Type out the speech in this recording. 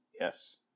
Yes